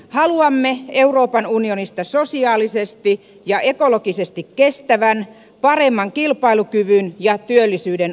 haluamme euroopan unionista sosiaalisesti ja ekologisesti kestävän paremman kilpailukyvyn ja työllisyyden unionin